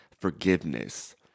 forgiveness